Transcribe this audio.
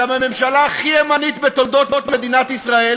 אתם הממשלה הכי ימנית בתולדות מדינת ישראל,